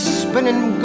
spinning